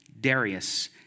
Darius